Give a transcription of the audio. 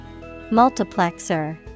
Multiplexer